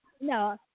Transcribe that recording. No